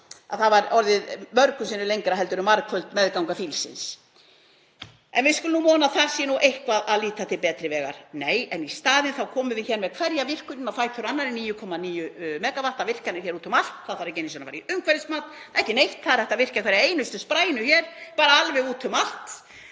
að það er orðið mörgum sinnum lengra heldur en margföld meðganga fílsins. En við skulum vona að það sé eitthvað að horfa til betri vegar. Nei, en í staðinn þá komum við hér með hverja virkjunina á fætur annarri, 9,9 MW virkjanir hér úti um allt. Það þarf ekki einu sinni fara í umhverfismat, ekki neitt. Það er hægt að virkja hverja einustu sprænu hér, bara alveg út um allt